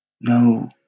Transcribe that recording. no